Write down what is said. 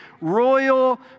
royal